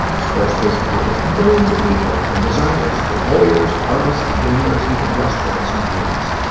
squarespace empowers millions of people, from designers to lawyers, artists to gamers, even restaurants and gyms,